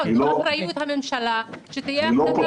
לא, זו אחריות של הממשלה שתהיה החלטה